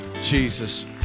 Jesus